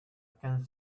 can